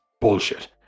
bullshit